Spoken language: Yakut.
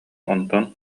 онтон